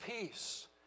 peace